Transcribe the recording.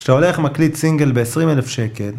שאתה הולך מקליט סינגל ב-20,000 שקל